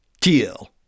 Teal